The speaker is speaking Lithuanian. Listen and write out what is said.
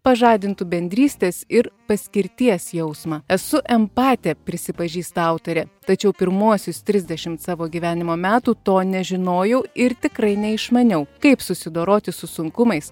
pažadintų bendrystės ir paskirties jausmą esu empatė prisipažįsta autorė tačiau pirmuosius trisdešimt savo gyvenimo metų to nežinojau ir tikrai neišmaniau kaip susidoroti su sunkumais